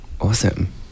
awesome